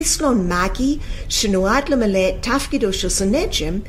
איסלון מאגי, שנועד למלא את תפקידו של סנדג'ם